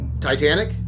titanic